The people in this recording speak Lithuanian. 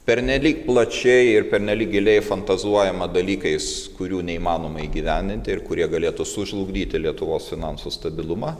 pernelyg plačiai ir pernelyg giliai fantazuojama dalykais kurių neįmanoma įgyvendinti ir kurie galėtų sužlugdyti lietuvos finansų stabilumą